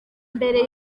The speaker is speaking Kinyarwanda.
mbere